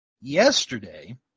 yesterday